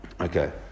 Okay